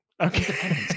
okay